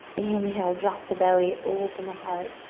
inhale, drop the belly, open the heart.